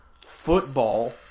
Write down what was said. football